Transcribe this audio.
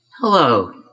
Hello